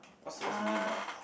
what's what's her name ah